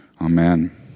Amen